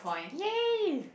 ya